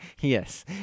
Yes